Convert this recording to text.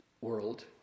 world